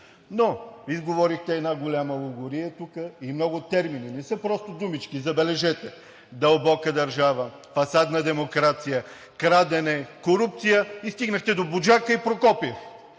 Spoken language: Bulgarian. Но изговорихте една голяма лугория тук и много термини. Не са просто думички, забележете: „дълбока държава“, „фасадна демокрация“, „крадене“, „корупция“ и стигнахте до „Буджака“ и Прокопиев.